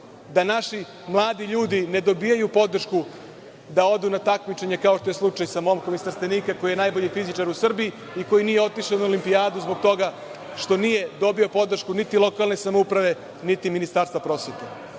da naši mladi ljudi ne dobijaju podršku da odu na takmičenje, kao što je slučaj sa momkom iz Trstenika, koji je najbolji fizičar u Srbiji i koji nije otišao na olimpijadu zbog toga što nije dobio podršku niti lokalne samouprave, niti Ministarstva prosvete. To